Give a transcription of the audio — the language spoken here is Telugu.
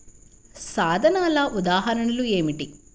సాధనాల ఉదాహరణలు ఏమిటీ?